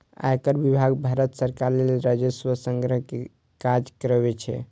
आयकर विभाग भारत सरकार लेल राजस्व संग्रह के काज करै छै